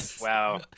Wow